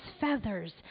feathers